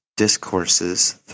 Discourses